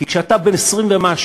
כי כשאתה בן 20 ומשהו